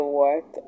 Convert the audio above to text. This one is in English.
work